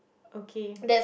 okay